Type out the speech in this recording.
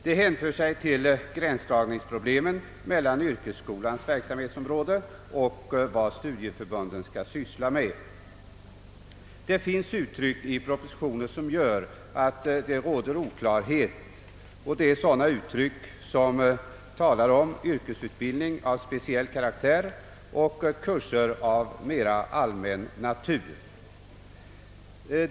Det hänför sig till gränsdragningsproblemen mellan yrkesskolans verksamhetsområde och vad studieförbunden skall syssla med. Det finns uttryck i propositionen som gör att det råder oklarhet, nämligen sådana uttryck som »yrkesutbildning av speciell karaktär» och »kurser av mera allmän natur».